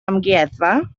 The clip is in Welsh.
amgueddfa